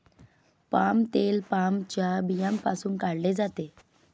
palm तेल पामच्या बियांपासून काढले जाते